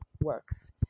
works